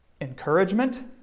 encouragement